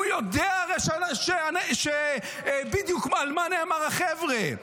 הוא יודע בדיוק על מה נאמר "החבר'ה".